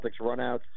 runouts